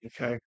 Okay